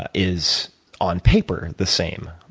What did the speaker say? ah is on paper the same,